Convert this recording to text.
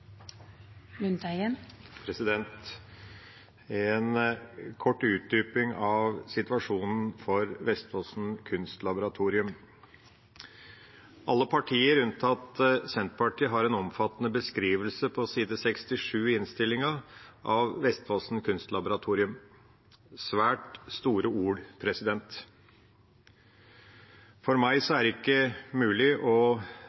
En kort utdyping av situasjonen til Vestfossen Kunstlaboratorium: Alle partier unntatt Senterpartiet har en omfattende beskrivelse av Vestfossen Kunstlaboratorium på side 67 i innstillingen – svært store ord. For meg er det ikke mulig å